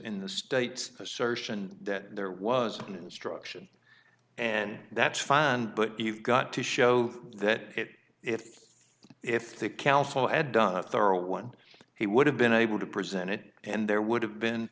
in the state's assertion that there was an instruction and that's fine but you've got to show that if if the counsel had done a thorough one he would have been able to present it and there would have been